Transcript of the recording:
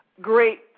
Great